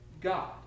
God